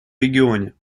регионе